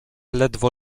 ledwo